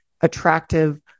attractive